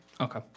Okay